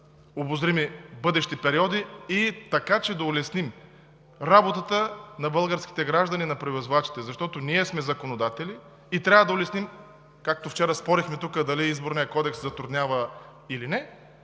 обозрими бъдещи периоди, така че да улесним работата на българските граждани, на превозвачите, защото сме законодатели и трябва да улесним, както вчера спорехме дали Изборният кодекс затруднява или не,